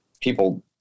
people